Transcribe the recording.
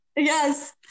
Yes